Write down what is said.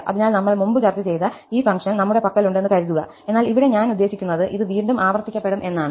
അതിനാൽ നമ്മൾ മുമ്പ് ചർച്ച ചെയ്ത ഈ ഫംഗ്ഷൻ നമ്മളുടെ പക്കലുണ്ടെന്ന് കരുതുക എന്നാൽ ഇവിടെ ഞാൻ ഉദ്ദേശിക്കുന്നത് ഇത് വീണ്ടും ആവർത്തിക്കപ്പെടും എന്നാണ്